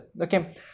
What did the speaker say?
okay